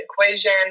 equation